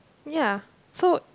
ya so